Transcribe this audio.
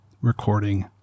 recording